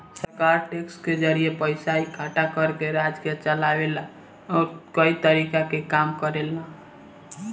सरकार टैक्स के जरिए पइसा इकट्ठा करके राज्य के चलावे ला अउरी कई तरीका के काम करेला